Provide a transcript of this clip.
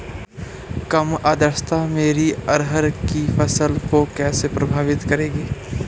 कम आर्द्रता मेरी अरहर की फसल को कैसे प्रभावित करेगी?